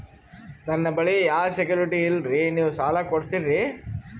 ನನ್ನ ಬಳಿ ಯಾ ಸೆಕ್ಯುರಿಟಿ ಇಲ್ರಿ ನೀವು ಸಾಲ ಕೊಡ್ತೀರಿ?